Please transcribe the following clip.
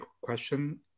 question